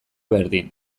berdin